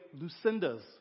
Lucinda's